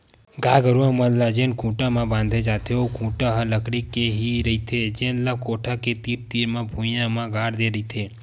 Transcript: गाय गरूवा मन ल जेन खूटा म बांधे जाथे ओ खूटा ह लकड़ी के ही रहिथे जेन ल कोठा के तीर तीर म भुइयां म गाड़ दे रहिथे